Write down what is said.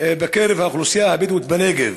בקרב האוכלוסייה הבדואית בנגב,